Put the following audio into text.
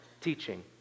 teaching